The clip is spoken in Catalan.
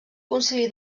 concili